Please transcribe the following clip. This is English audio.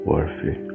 Worthy